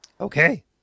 Okay